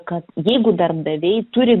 kad jeigu darbdaviai turi